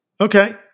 Okay